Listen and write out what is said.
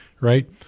right